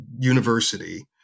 university